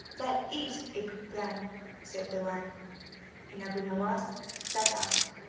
that is a good plan said the wife and abu nowas set out.